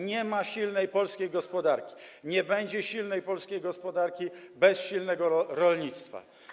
Nie ma silnej polskiej gospodarki, nie będzie silnej polskiej gospodarki bez silnego rolnictwa.